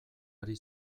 ari